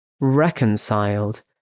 reconciled